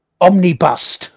Omnibus